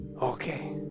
Okay